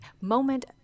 moment